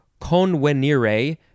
convenire